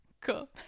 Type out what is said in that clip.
Cool